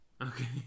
Okay